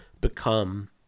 become